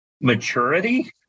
maturity